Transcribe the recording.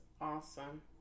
awesome